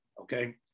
Okay